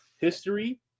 history